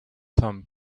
thumb